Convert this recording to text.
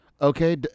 Okay